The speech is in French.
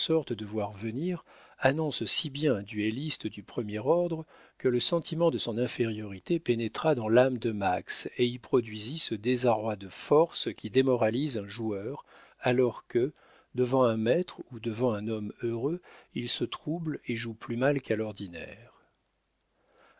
de voir venir annonce si bien un duelliste du premier ordre que le sentiment de son infériorité pénétra dans l'âme de max et y produisit ce désarroi de forces qui démoralise un joueur alors que devant un maître ou devant un homme heureux il se trouble et joue plus mal qu'à l'ordinaire